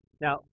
Now